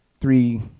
three